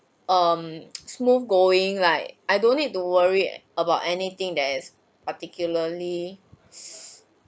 um smooth going like I don't need to worry about anything that is particularly